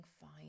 fine